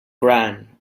grand